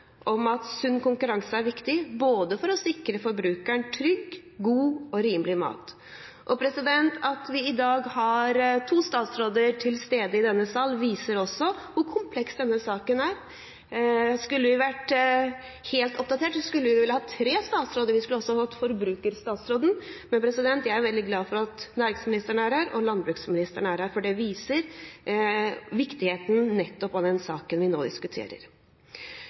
om at sunn konkurranse er viktig for å sikre forbrukeren trygg, god og rimelig mat. At vi i dag har to statsråder til stede i denne sal, viser også hvor kompleks denne saken er. Skulle vi vært helt oppdatert, skulle vi vel hatt tre statsråder her – vi skulle også hatt forbrukerstatsråden. Men jeg er veldig glad for at næringsministeren er her, og at landbruksministeren er her, for det viser viktigheten av nettopp den saken vi nå diskuterer.